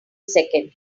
second